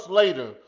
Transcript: later